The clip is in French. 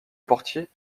portier